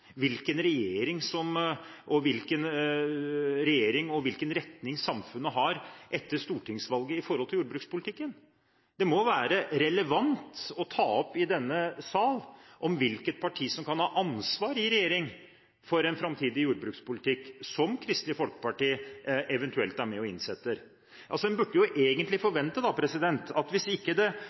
hvilken regjering og hvilken retning samfunnet har etter stortingsvalget når det gjelder jordbrukspolitikken. Det må være relevant å ta opp i denne sal hvilket parti som kan ha ansvar for en framtidig jordbrukspolitikk i en regjering som Kristelig Folkeparti eventuelt er med og innsetter. Man burde egentlig forvente at hvis det ikke